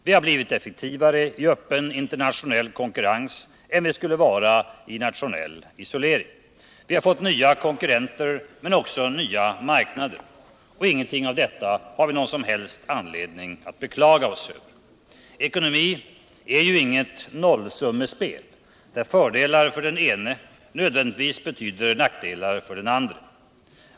Vi har blivit effektivare i öppen internationell konkurrens än vi skulle vara i nationell isolering. Vi har fått nya konkurrenter men också nya marknader. Och ingenting av detta har vi någon som helst anledning att beklaga oss över. Ekonomi är ju inget nollsummespel, där fördelar för den ene nödvändigtvis betyder nackdelar för den andre.